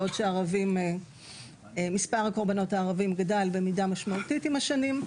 בעוד שמספר הקורבנות הערביים גדל במידה משמעותית עם השנים.